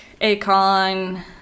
Akon